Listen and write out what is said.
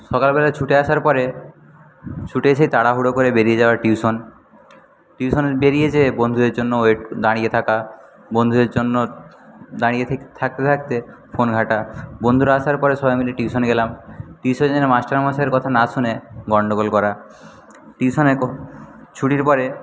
সকালবেলায় ছুটে আসার পরে ছুটে এসেই তাড়াহুড়ো করে বেড়িয়ে যাওয়া টিউশন টিউশনে বেরিয়ে গিয়ে বন্ধুদের জন্য ওয়েট দাঁড়িয়ে থাকা বন্ধুদের জন্য দাঁড়িয়ে থাকতে থাকতে ফোন ঘাঁটা বন্ধুরা আসার পরে সবাই মিলে টিউশনে গেলাম টিউশনে গিয়ে মাস্টারমশাইয়ের কথা না শুনে গণ্ডগোল করা টিউশনে ছুটির পরে